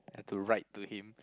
to write to him